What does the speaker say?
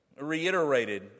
reiterated